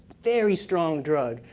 very strong drug.